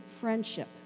friendship